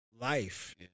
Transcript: life